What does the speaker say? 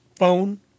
Phone